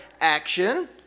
action